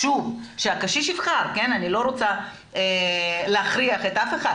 שוב, שהקשיש יבחר, אני לא רוצה להכריח מישהו,